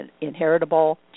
inheritable